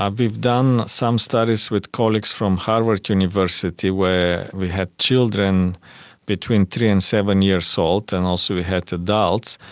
um we've done some studies with colleagues from harvard university where we had children between three and seven years old and also we had adults,